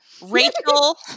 Rachel